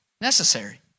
necessary